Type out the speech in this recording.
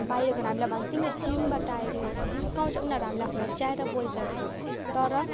बाहिर गयो भने हामीलाई तिमीहरू चिनबाट आएको जिस्काउँछ उनीहरू हामीलाई होच्याएर बोल्छन् तर